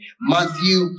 Matthew